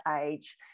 age